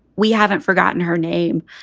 we haven't forgotten her name.